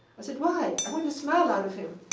i said, why? i want a smile out of him.